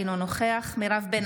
אינו נוכח דבי ביטון,